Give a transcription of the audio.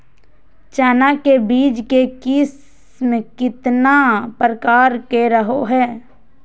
चना के बीज के किस्म कितना प्रकार के रहो हय?